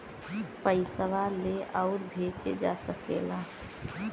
पइसवा ले आउर भेजे जा सकेला